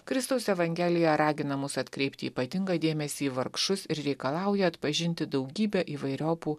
kristaus evangelija ragina mus atkreipti ypatingą dėmesį į vargšus ir reikalauja atpažinti daugybę įvairiopų